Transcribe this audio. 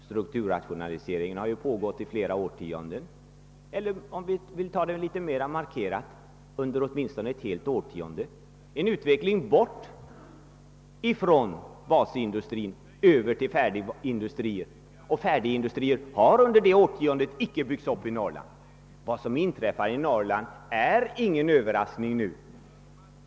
Strukturrationaliseringen har pågått i flera årtionden, och i nuvarande form åtminstone under ett helt årtionde. Utvecklingen har gått från basindustri mot färdigindustri, och några färdigindustrier har under det årtiondet inte utvecklats i tillräcklig omfattning i Norrland. Vad som nu inträffar i Norrland är därför ingen överraskning.